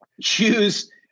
choose